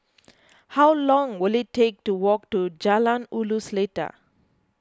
how long will it take to walk to Jalan Ulu Seletar